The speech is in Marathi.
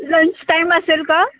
लंच टाईम असेल का